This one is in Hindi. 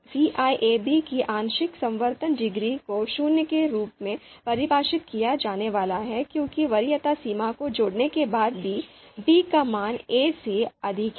ci a b की आंशिक समवर्ती डिग्री को शून्य के रूप में परिभाषित किया जाने वाला है क्योंकि वरीयता सीमा को जोड़ने के बाद भी b का मान a से अधिक है